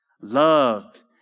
loved